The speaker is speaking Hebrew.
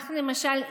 למשל,